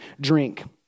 drink